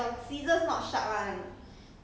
short hair what you expect